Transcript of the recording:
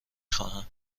خواهم